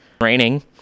Raining